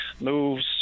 moves